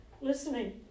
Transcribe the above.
listening